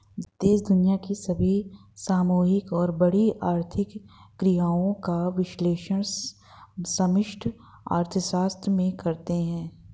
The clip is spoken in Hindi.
देश दुनिया की सभी सामूहिक और बड़ी आर्थिक क्रियाओं का विश्लेषण समष्टि अर्थशास्त्र में करते हैं